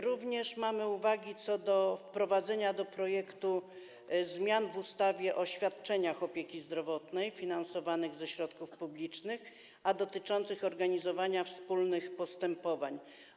Również mamy uwagi co do wprowadzenia do projektu zmian w ustawie o świadczeniach opieki zdrowotnej finansowanych ze środków publicznych dotyczących organizowania wspólnych postępowań.